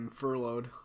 furloughed